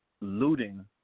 looting